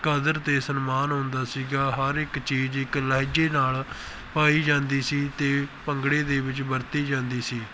ਕਦਰ ਅਤੇ ਸਨਮਾਨ ਹੁੰਦਾ ਸੀਗਾ ਹਰ ਇੱਕ ਚੀਜ਼ ਇੱਕ ਲਹਿਜੇ ਨਾਲ ਪਾਈ ਜਾਂਦੀ ਸੀ ਅਤੇ ਭੰਗੜੇ ਦੇ ਵਿੱਚ ਵਰਤੀ ਜਾਂਦੀ ਸੀ